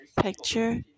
picture